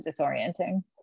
disorienting